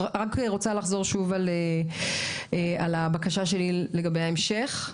לחזור על הבקשה שלי לגבי ההמשך.